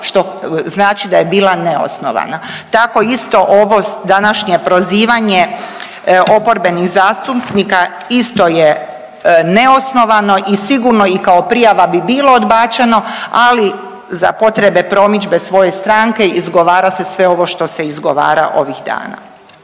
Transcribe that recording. što znači da je bila neosnovana. Tako isto ovo današnje prozivanje oporbenih zastupnika isto je neosnovano i sigurno i kao prijava bi bilo odbačeno, ali za potrebe promidžbe svoje stranke izgovara se sve ovo što se izgovara ovih dana.